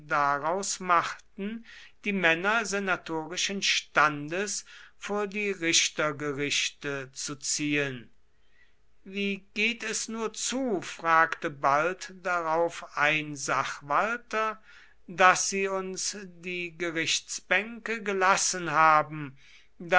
daraus machten die männer senatorischen standes vor die rittergerichte zu ziehen wie geht es nur zu fragte bald darauf ein sachwalter daß sie uns die gerichtsbänke gelassen haben